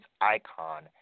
icon